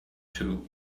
too